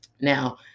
Now